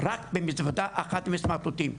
רק עם מזוודה אחת עם סמרטוטים,